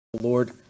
Lord